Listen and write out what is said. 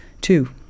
Two